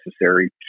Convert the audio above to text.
necessary